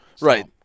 right